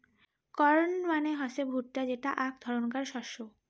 corn মানে হসে ভুট্টা যেটা আক ধরণকার শস্য